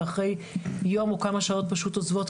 ואחרי יום או כמה שעות פשוט עוזבות,